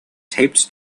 taped